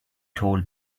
told